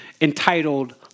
entitled